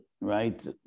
right